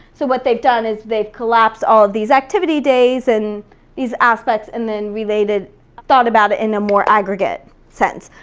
so what they've done is they've collapsed all of these activity days and these aspects, and then thought about it in a more aggregate sense.